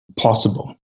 possible